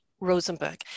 Rosenberg